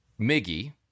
Miggy